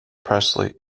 presley